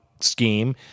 scheme